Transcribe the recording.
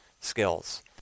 skills